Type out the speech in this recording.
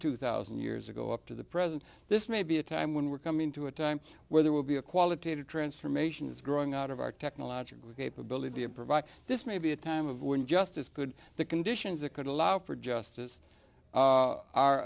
two thousand years ago up to the present this may be a time when we're coming to a time where there will be a qualitative transformation is growing out of our technological capability and provide this may be a time of when justice could the conditions that could allow for justice